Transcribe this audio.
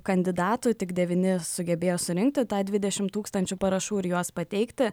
kandidatų tik devyni sugebėjo surinkti tą dvidešim tūkstančių parašų ir juos pateikti